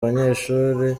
banyeshuri